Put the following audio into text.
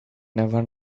never